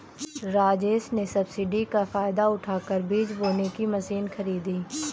राजेश ने सब्सिडी का फायदा उठाकर बीज बोने की मशीन खरीदी